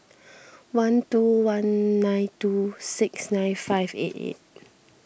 one two one nine two six nine five eight eight